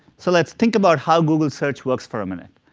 so let's think about how google search works for a minute.